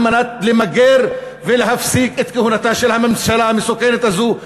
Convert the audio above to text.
על מנת למגר ולהפסיק את כהונתה של הממשלה המסוכנת הזאת,